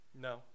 No